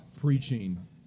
preaching